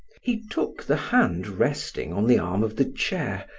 he took the hand resting on the arm of the chair,